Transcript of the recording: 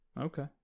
Okay